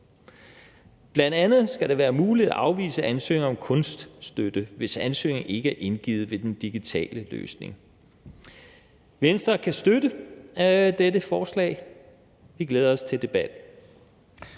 Bl.a. skal det være muligt at afvise ansøgninger om kunststøtte, hvis ansøgningen ikke er indgivet ved den digitale løsning. Venstre kan støtte dette forslag, og vi glæder os til debatten.